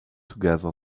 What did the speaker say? together